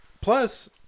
Plus